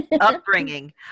upbringing